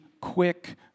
quick